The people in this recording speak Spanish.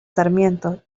sarmiento